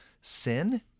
sin